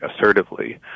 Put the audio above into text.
assertively